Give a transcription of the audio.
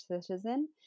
Citizen